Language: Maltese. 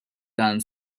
dan